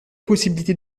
possibilité